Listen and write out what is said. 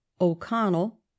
O'Connell